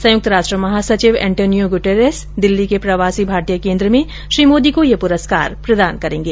संयुक्त राष्ट्र महासचिव एंटोनियो ग्टेरेस दिल्ली के प्रवासी भारतीय केंद्र में श्री मोदी को यह पुरस्कार प्रदान करेंगे